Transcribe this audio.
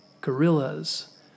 Gorillas